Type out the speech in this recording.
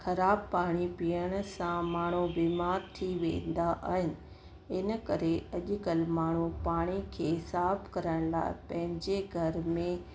ख़राबु पाणी पीअण सां माण्हूं बीमार थी वेंदा आहिनि इन करे अॼु कल्ह माण्हूं पाणी खे साफु करण लाइ पंहिंजे घर में